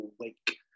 wake